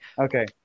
Okay